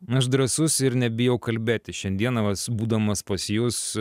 aš drąsus ir nebijau kalbėti šiandieną va būdamas pas jus